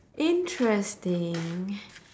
interesting